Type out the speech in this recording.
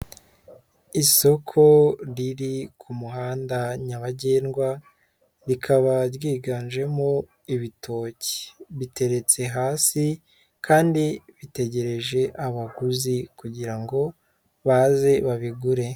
Isoko riri ku muhanda nyabagendwa, rikaba ryiganjemo ibitoki, biteretse hasi, kandi bitegereje abaguzi kugira ngo baze babigure.